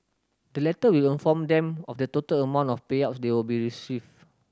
the letter will inform them of the total amount of payouts they will be receive